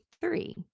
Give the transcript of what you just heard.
three